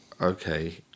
okay